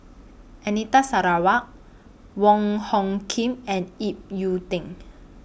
Anita Sarawak Wong Hung Khim and Ip Yiu Ding